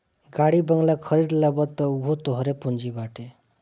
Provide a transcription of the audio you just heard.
गाड़ी बंगला खरीद लेबअ तअ उहो तोहरे पूंजी बाटे